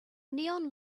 neon